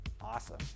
Awesome